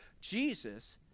Jesus